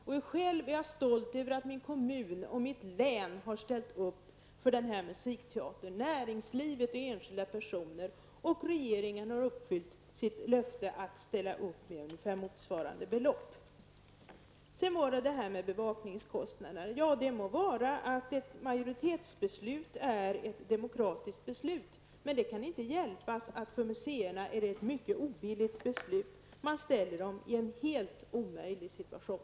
Jag är själv stolt över att min kommun och mitt län har ställt upp för den här musikteatern. Även näringslivet och enskilda personer har ställt upp för teatern. Regeringen har uppfyllt sitt löfte att ställa upp med ungefär motsvarande belopp. När det sedan gäller detta med bevakningskostnaderna så må det vara att ett majoritetsbeslut är ett demokratiskt beslut, men det kan inte hjälpas att för museerna är det ett mycket ovilligt beslut. Man ställer dem i en helt omöjlig situation.